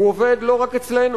הוא עובד לא רק אצלנו.